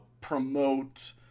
promote